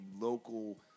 local